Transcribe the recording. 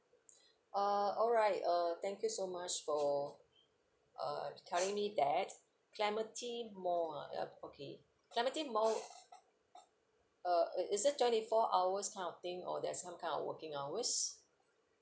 uh alright uh thank you so much for uh telling me that clementi mall ah ya okay clementi mall uh is it twenty four hours kind of thing or there's some kind of working hours